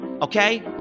Okay